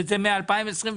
מ-2023,